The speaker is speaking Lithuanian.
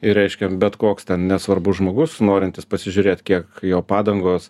ir reiškia bet koks nesvarbu žmogus norintis pasižiūrėt kiek jo padangos